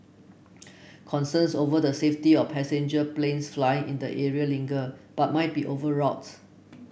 concerns over the safety of passenger planes flying in the area linger but might be overwrought